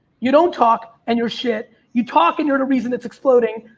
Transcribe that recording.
you don't talk and you're shit. you talk and you're the reason it's exploding.